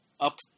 up